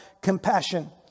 compassion